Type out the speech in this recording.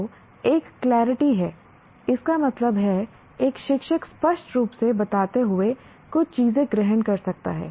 तो एक क्लेरिटी है इसका मतलब है एक शिक्षक स्पष्ट रूप से बताते हुए कुछ चीजें ग्रहण कर सकता है